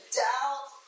doubt